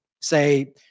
say